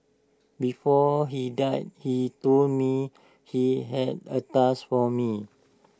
before he died he told me he had A task for me